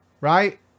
Right